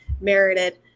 merited